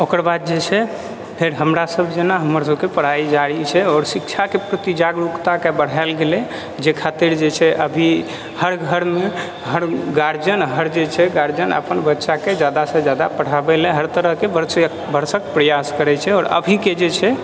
ओकर बाद जे छै फेर हमरा सभ जेना हमरा सभके पढ़ाइ जारी छै आओर शिक्षा के प्रति जागरूकताके बढ़ैल गेलै जाहि खातिर जे छै अभी हर घरमे हर गार्जियन हर जे छियै गार्जियन अपन बच्चाके जादा सँ जादा पढ़ाबै लऽ हर तरह सँ भरसक भरसक प्रयास करै छै आओर अभी के जे छै